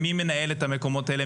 מי מנהל את המקומות האלה,